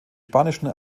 spanischen